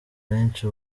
benshi